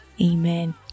Amen